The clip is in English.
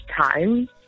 time